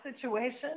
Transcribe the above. situation